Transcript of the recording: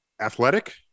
athletic